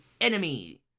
enemy